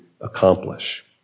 accomplish